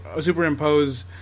superimpose